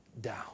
down